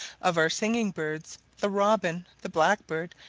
of our singing-birds, the robin the blackbird,